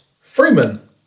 Freeman